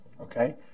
Okay